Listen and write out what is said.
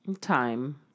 Time